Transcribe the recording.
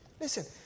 listen